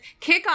kickoff